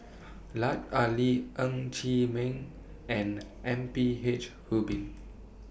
Lut Ali Ng Chee Meng and M P H Rubin